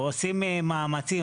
עושים מאמצים,